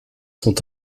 sont